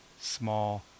small